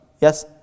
Yes